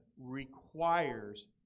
requires